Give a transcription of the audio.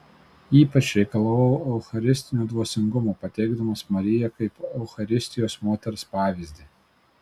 ypač reikalavau eucharistinio dvasingumo pateikdamas mariją kaip eucharistijos moters pavyzdį